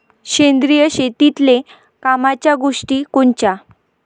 सेंद्रिय शेतीतले कामाच्या गोष्टी कोनच्या?